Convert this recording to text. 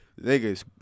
Niggas